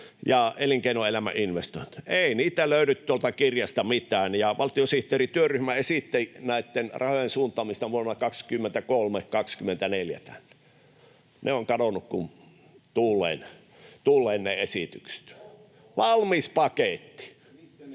ja elinkeinoelämän investointiin. Ei niistä löydy tuolta kirjasta mitään, ja valtiosihteerityöryhmä esitti näitten rahojen suuntaamista vuosina 23—24 tänne. Ne ovat kadonneet kuin tuuleen, ne esitykset. [Tuomas Kettunen: